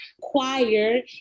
choir